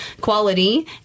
quality